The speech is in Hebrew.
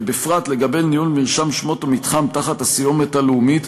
ובפרט לגבי ניהול מרשם שמות המתחם תחת הסיומת הלאומית,